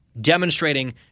demonstrating